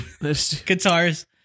guitars